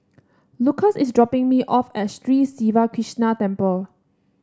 Lucas is dropping me off at Street Siva Krishna Temple